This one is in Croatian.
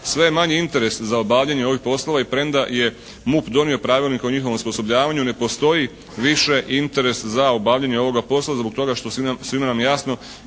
je manji interes za obavljanje ovih poslova i premda je MUP donio pravilnik o njihovom osposobljavanju, ne postoji više interes za obavljanje ovoga posla zbog toga što svima nam je